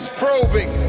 probing